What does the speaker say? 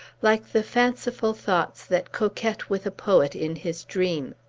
like the fanciful thoughts that coquet with a poet in his dream.